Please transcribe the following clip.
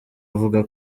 avuga